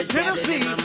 Tennessee